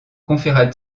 conféra